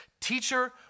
Teacher